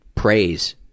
Praise